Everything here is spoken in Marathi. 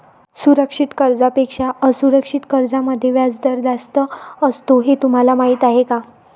सुरक्षित कर्जांपेक्षा असुरक्षित कर्जांमध्ये व्याजदर जास्त असतो हे तुम्हाला माहीत आहे का?